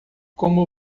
como